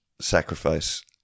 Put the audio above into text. sacrifice